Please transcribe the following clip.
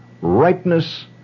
ripeness